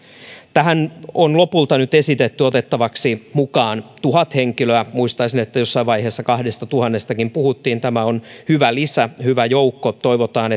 tähän on lopulta nyt esitetty otettavaksi mukaan tuhat henkilöä muistaisin että jossain vaiheessa kaksituhattakin puhuttiin tämä on hyvä lisä hyvä joukko toivotaan